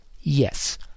Yes